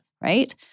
right